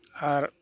ᱟᱨ